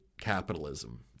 capitalism